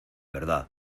verdad